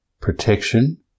protection